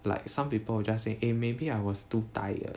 like some people just say maybe I was too tired